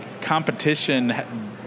competition